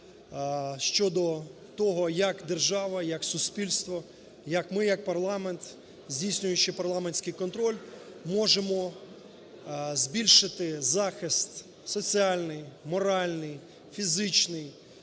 щодо того, як держава, як суспільство, як ми як парламент здійснюючи парламентський контроль, можемо збільшити захист соціальний, моральний, фізичний